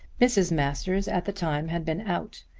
mrs. masters at the time had been out,